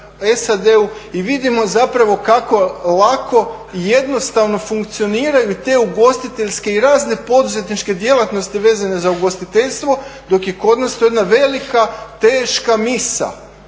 SAD-u i vidimo zapravo kako ovako jednostavno funkcioniraju i te ugostiteljske i razne poduzetničke djelatnosti vezane za ugostiteljstvo dok je kod nas to jedna velika teška misa,